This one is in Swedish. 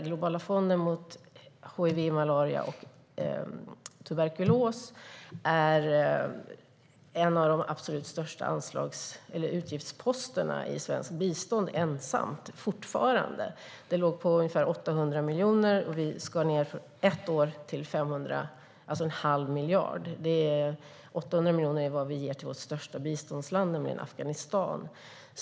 Globala fonden mot aids, tuberkulos och malaria är ensam fortfarande en av de absolut största utgiftsposterna i svenskt bistånd. Den låg på ungefär 800 mil-joner, och vi skar ett år ned till en halv miljard. 800 miljoner är det som vi ger till vårt största biståndsland, nämligen Afghanistan.